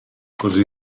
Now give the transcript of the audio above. così